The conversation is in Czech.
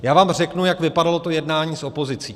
Já vám řeknu, jak vypadalo to jednání s opozicí.